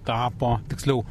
tapo tiksliau